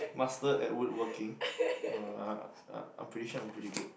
master at woodworking uh I'm pretty sure I'm pretty good